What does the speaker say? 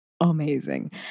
amazing